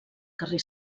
carrer